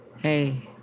Hey